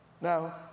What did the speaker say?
Now